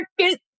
market